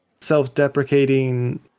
self-deprecating